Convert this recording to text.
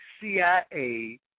CIA